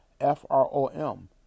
f-r-o-m